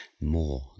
more